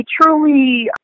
truly